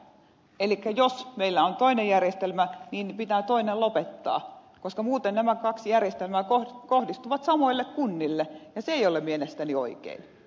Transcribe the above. elikkä jos meillä on toinen järjestelmä niin pitää toinen lopettaa koska muuten nämä kaksi järjestelmää kohdistuvat samoille kunnille ja se ei ole mielestäni oikein